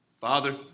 Father